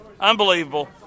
unbelievable